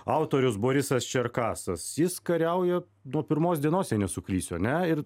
autorius borisas čerkasas jis kariauja nuo pirmos dienos jei nesuklysiu ane ir